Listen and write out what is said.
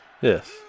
Yes